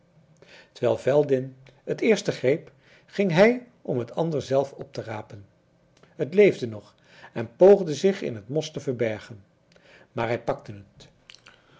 terwijl veldin het eerste greep ging hij om het ander zelf op te rapen het leefde nog en poogde zich in het mos te verbergen maar hij pakte het